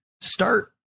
start